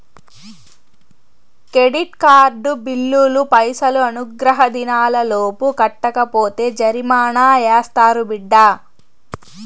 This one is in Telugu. కెడిట్ కార్డు బిల్లులు పైసలు అనుగ్రహ దినాలలోపు కట్టకపోతే జరిమానా యాస్తారు బిడ్డా